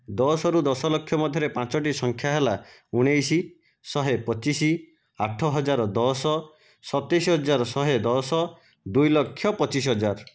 ଦଶରୁ ଦଶ ଲକ୍ଷ ମଧ୍ୟରେ ପାଞ୍ଚଟି ସଂଖ୍ୟା ହେଲା ଉଣେଇଶ ଶହେ ପଚିଶ ଆଠ ହଜାର ଦଶ ସତେଇଶ ହଜାର ଶହେ ଦଶ ଦୁଇ ଲକ୍ଷ ପଚିଶ ହଜାର